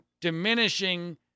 diminishing